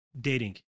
dating